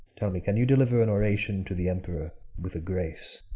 tell me, can you deliver an oration to the emperor with a grace?